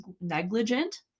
negligent